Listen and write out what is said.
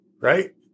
Right